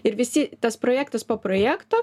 ir visi tas projektas po projekto